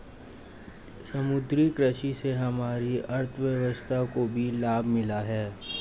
समुद्री कृषि से हमारी अर्थव्यवस्था को भी लाभ मिला है